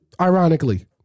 Ironically